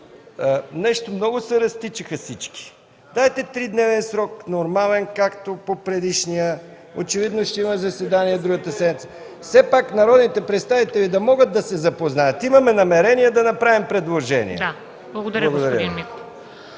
нещо много се разтичаха всички! Дайте тридневен срок, нормален, както по предишния… Очевидно ще има заседание другата седмица. Все пак народните представители да могат да се запознаят… Имаме намерение да направим предложение. Благодаря Ви.